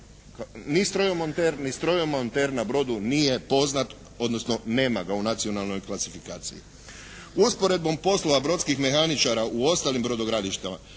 ni strojomonter na brodu nije poznat odnosno nema ga u nacionalnoj klasifikaciji. Usporedbom posla brodskih mehaničara u ostalim brodogradilištima